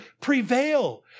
prevail